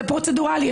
זה פרוצדורלי.